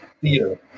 theater